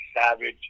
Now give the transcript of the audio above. Savage